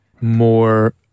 more